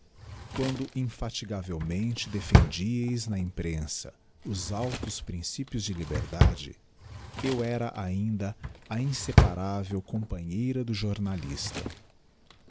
quando infatigavelmente defendíeis na imprensa os altos principies de liberdade eu era ainda a inseparável companheira do jornalista